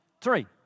three